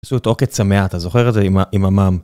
עשו את עוקץ המאה, אתה זוכר את זה עם המע"ם.